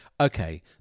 okay